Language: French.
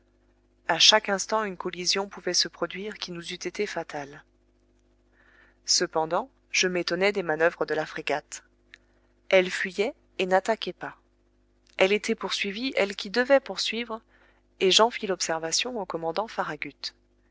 a chaque instant une collision pouvait se produire qui nous eût été fatale cependant je m'étonnais des manoeuvres de la frégate elle fuyait et n'attaquait pas elle était poursuivie elle qui devait poursuivre et j'en fis l'observation au commandant farragut